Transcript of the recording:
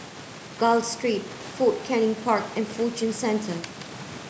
Gul Street Fort Canning Park and Fortune Centre